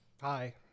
Hi